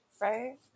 Right